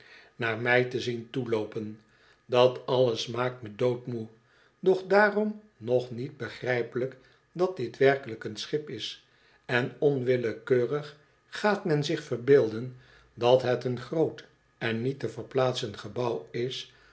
naar mij te zien toeloopen dat alles maakt me doodmoe doch daarom nog niet begrijpelijk dat dit werkelijk een schip is on onwillekeurig gaat men zich verbeelden dat het een groot en niet te verplaatsen gebouw is